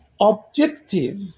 objective